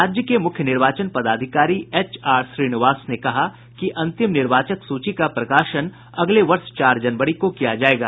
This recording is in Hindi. राज्य के मुख्य निर्वाचन पदाधिकारी एच आर श्रीनिवास ने कहा है कि अंतिम निर्वाचक सूची का प्रकाशन अगले वर्ष चार जनवरी को किया जायेगा